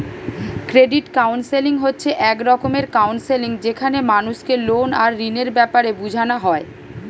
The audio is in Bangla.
ক্রেডিট কাউন্সেলিং হচ্ছে এক রকমের কাউন্সেলিং যেখানে মানুষকে লোন আর ঋণের বেপারে বুঝানা হয়